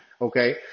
Okay